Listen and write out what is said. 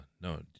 No